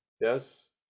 yes